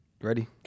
Ready